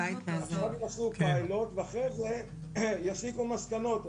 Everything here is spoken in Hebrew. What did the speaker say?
עכשיו הם יעשו פיילוט, ואחרי זה יסיקו מסקנות.